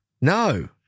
no